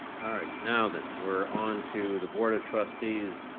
alright, now then we're onto the board of trustees